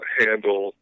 handle